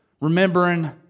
remembering